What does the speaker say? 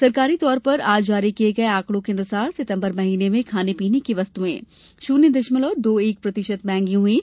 सरकारी तौर पर आज जारी किये गए आकड़ों के अनुसार सितंबर महीने में खाने पीने की वस्तुएं शून्य दशमलव दो एक प्रतिशत महंगी हुईं